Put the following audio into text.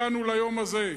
הגענו ליום הזה.